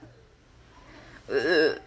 err